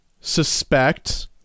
suspect